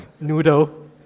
noodle